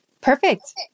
Perfect